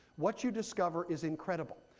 what you discover is incredible.